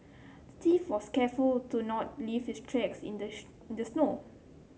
the thief was careful to not leave his tracks in in the snow